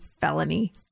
felony